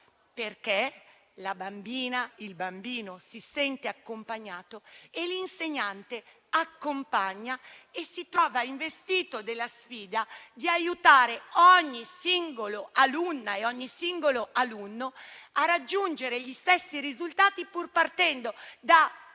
perché la bambina o il bambino si sente accompagnato e l'insegnante che accompagna si trova investito della sfida di aiutare ogni singola alunna e ogni singolo alunno a raggiungere gli stessi risultati, pur partendo da